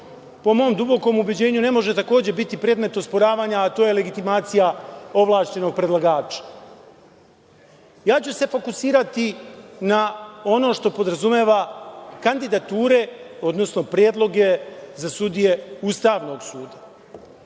po mom dubokom ubeđenju ne može takođe biti predmet osporavanja, a to je legitimacija ovlašćenog predlagača. Ja ću se fokusirati na ono što podrazumeva kandidature, odnosno predloge za sudije Ustavnog suda. Čuli